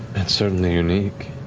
that's certainly unique.